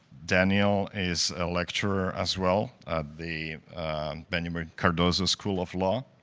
daniel is a lecturer as well at the benjamin cardozo school of law.